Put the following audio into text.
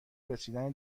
رسیدن